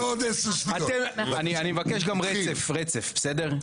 אני מבקש גם רצף, בסדר?